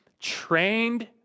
trained